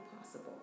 possible